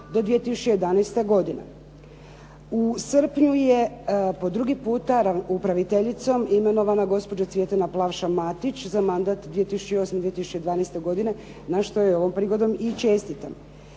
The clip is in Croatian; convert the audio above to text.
U srpnju je po drugi puta upraviteljicom imenovana gospođa Cvjetana Plavša-Matić za mandat 2008.-2012. godine, na što joj ovom prigodom i čestitam.